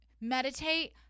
meditate